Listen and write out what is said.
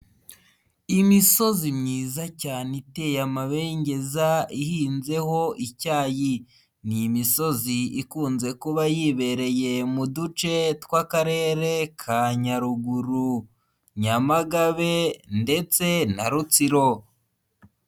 Imisozi myiza cyane iteye amabengeza ihinzeho icyayi, ni imisozi ikunze kuba yibereye mu duce t twakarere ka nyaruguru, nyamagabe, ndetse na rutsiro.